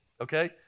okay